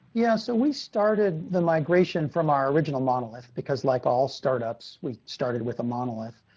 yeah. so we started the migration from our original monolith, because like all startups, we started with a monolith.